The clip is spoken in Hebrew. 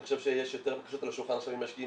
אני חושב שיש יותר בקשות על השולחן עכשיו ממשקיעים